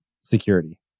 security